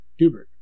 Dubert